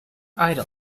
idol